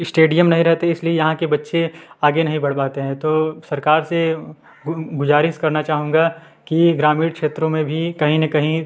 stadium नहीं रहते इसलिए यहाँ के बच्चे आगे नहीं बढ़ पाते हैं तो सरकार से गू गुज़ारिश करना चाहूँगा की ग्रामीण क्षेत्रों में भी कहीं न कहीं